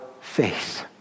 faith